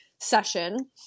session